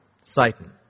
Satan